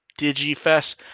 Digifest